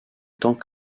temps